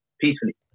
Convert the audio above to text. peacefully